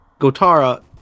Gotara